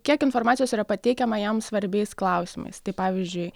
kiek informacijos yra pateikiama jam svarbiais klausimais tai pavyzdžiui